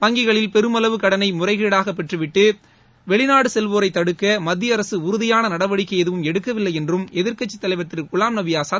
வங்கிகளில் பெருமளவு கடனை முறைகேடாக பெற்றுவிட்டு வெளிநாடு செல்வோரை தடுக்க மத்திய அரக உறுதியாள நடவடிக்கை எதுவும் எடுக்கவில்லை என்றும் எதிர்கட்சித் தலைவர் திரு குவாம் நபி ஆசாத்